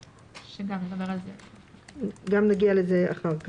נגיע גם לזה אחר כך.